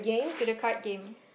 to the card game